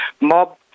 mob